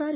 R